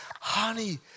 honey